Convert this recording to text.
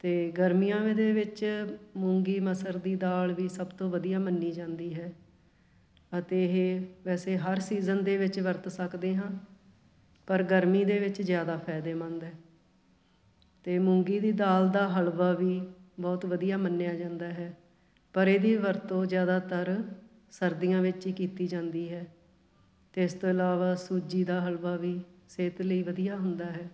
ਅਤੇ ਗਰਮੀਆਂ ਦੇ ਵਿੱਚ ਮੂੰਗੀ ਮਸਰ ਦੀ ਦਾਲ ਵੀ ਸਭ ਤੋਂ ਵਧੀਆ ਮੰਨੀ ਜਾਂਦੀ ਹੈ ਅਤੇ ਇਹ ਵੈਸੇ ਹਰ ਸੀਜ਼ਨ ਦੇ ਵਿੱਚ ਵਰਤ ਸਕਦੇ ਹਾਂ ਪਰ ਗਰਮੀ ਦੇ ਵਿੱਚ ਜ਼ਿਆਦਾ ਫਾਇਦੇਮੰਦ ਹੈ ਅਤੇ ਮੂੰਗੀ ਦੀ ਦਾਲ ਦਾ ਹਲਵਾ ਵੀ ਬਹੁਤ ਵਧੀਆ ਮੰਨਿਆ ਜਾਂਦਾ ਹੈ ਪਰ ਇਹਦੀ ਵਰਤੋਂ ਜ਼ਿਆਦਾਤਰ ਸਰਦੀਆਂ ਵਿੱਚ ਕੀਤੀ ਜਾਂਦੀ ਹੈ ਅਤੇ ਇਸ ਤੋਂ ਇਲਾਵਾ ਸੂਜੀ ਦਾ ਹਲਵਾ ਵੀ ਸਿਹਤ ਲਈ ਵਧੀਆ ਹੁੰਦਾ ਹੈ